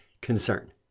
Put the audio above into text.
concern